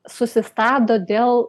susistabdo dėl